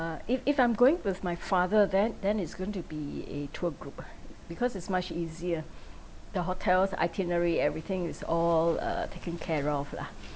uh if if I'm going with my father then then it's going to be a tour group ah because is much easier the hotels itinerary everything is all ugh taken care of lah